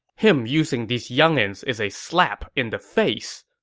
him using these youngins is a slap in the face.